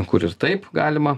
kur ir taip galima